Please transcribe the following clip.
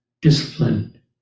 discipline